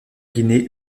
guinée